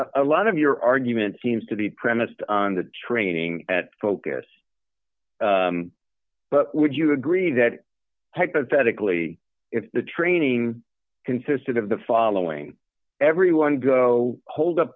getting a lot of your argument seems to be premised on the training at focus but would you agree that hypothetically if the training consisted of the following everyone go hold up